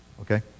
okay